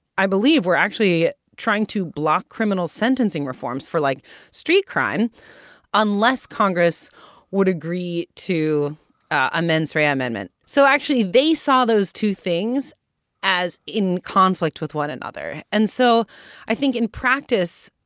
i believe, were actually trying to block criminal sentencing reforms for like street crime unless congress would agree to a mens rea amendment. so actually, they saw those two things as in conflict with one another. and so i think in practice,